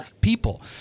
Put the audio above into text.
people